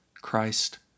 Christ